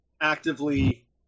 actively